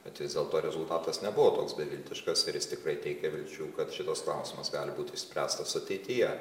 bet vis dėlto rezultatas nebuvo toks beviltiškas ir jis tikrai teikia vilčių kad šitas klausimas gali būti išspręstas ateityje